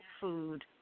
food